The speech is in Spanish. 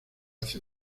hace